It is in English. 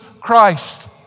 Christ